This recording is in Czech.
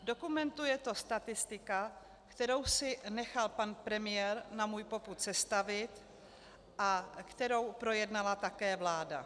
Dokumentuje to statistika, kterou si nechal pan premiér na můj popud sestavit a kterou projednala také vláda.